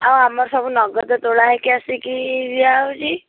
ଆଉ ଆମର ସବୁ ନଗଦ ତୋଳା ହେଇକି ଆସିକି ଦିଆହେଉଛି